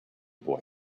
boy